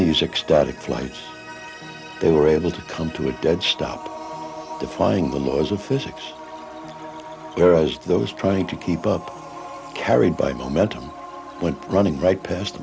these extatic flights they were able to come to a dead stop defying the laws of physics there as those trying to keep up carried by momentum when running right past